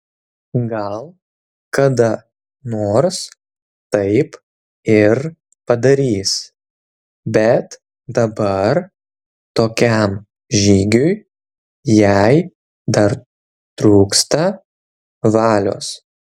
gal kada nors taip ir padarys bet dabar tokiam žygiui jai dar trūksta valios